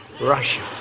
Russia